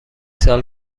سال